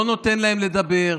לא נותן להם לדבר,